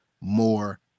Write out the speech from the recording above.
more